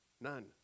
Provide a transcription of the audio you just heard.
None